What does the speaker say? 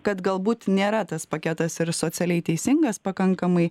kad galbūt nėra tas paketas ir socialiai teisingas pakankamai